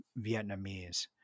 Vietnamese